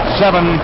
seven